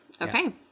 Okay